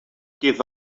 give